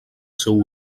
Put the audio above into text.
seu